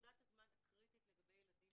נקודת הזמן הקריטית לגבי ילדים